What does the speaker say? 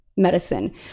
Medicine